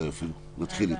נתחיל איתה.